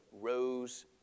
rose